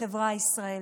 בחברה הישראלית.